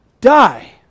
die